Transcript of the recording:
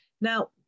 Now